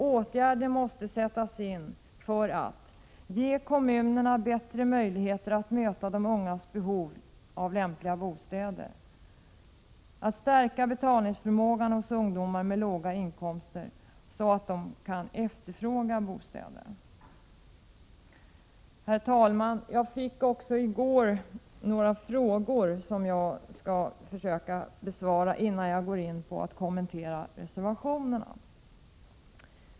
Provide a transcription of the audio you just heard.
Åtgärder måste 27 maj 1987 sättas in för att ge kommunerna bättre möjligheter att möta de ungas behov av lämpliga bostäder och för att stärka betalningsförmågan hos ungdomar med låga inkomster så att de kan efterfråga bostäder. Herr talman! Jag fick i går några frågor som jag skall försöka besvara innan jag går in på att kommentera reservationerna.